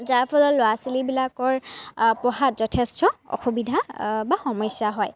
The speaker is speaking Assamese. যাৰ ফলত ল'ৰা ছোৱালীবিলাকৰ পঢ়াত যথেষ্ট অসুবিধা বা সমস্যা হয়